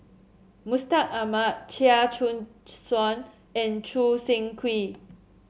Mustaq Ahmad Chia Choo Suan and Choo Seng Quee